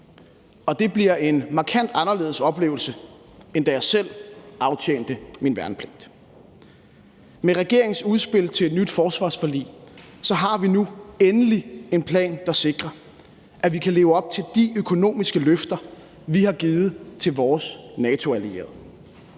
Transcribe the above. og det bliver en markant anderledes oplevelse, end da jeg selv aftjente min værnepligt. Med regeringens udspil til et nyt forsvarsforlig har vi nu endelig en plan, der sikrer, at vi kan leve op til de økonomiske løfter, vi har givet til vores NATO-allierede.